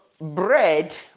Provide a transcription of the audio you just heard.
bread